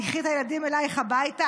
תיקחי את הילדים אלייך הביתה,